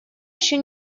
еще